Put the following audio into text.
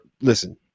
listen